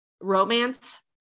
romance